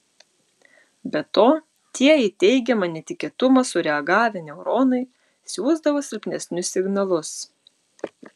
be to tie į teigiamą netikėtumą sureagavę neuronai siųsdavo silpnesnius signalus